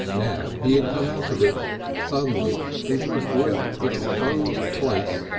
now he had come out of it suddenly into a great exposed place.